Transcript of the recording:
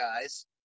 guys